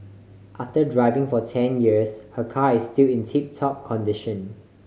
after driving for ten years her car is still in tip top condition